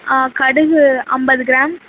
கடுகு ஐம்பது கிராம்